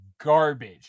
garbage